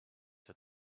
that